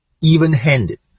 even-handed